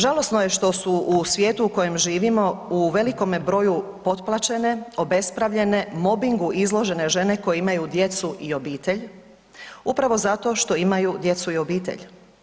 Žalosno je što su u svijetu u kojem živimo u velikome broju potplaćene, obespravljene, mobingu izložene žene koje imaju djecu i obitelj, upravo zato što imaju djecu i obitelj.